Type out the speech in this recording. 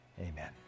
Amen